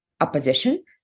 opposition